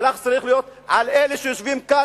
הלחץ צריך להיות על אלה שיושבים כאן,